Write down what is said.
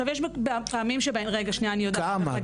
יש פעמים --- כמה?